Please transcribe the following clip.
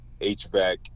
HVAC